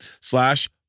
slash